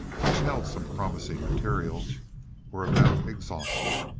which held some promising material were about exhausted.